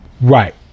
right